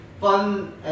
Fun